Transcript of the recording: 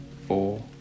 four